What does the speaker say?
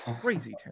Crazy